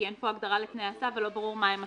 כי אין פה הגדרה לתנאי הסף ולא ברור מה הם התנאים,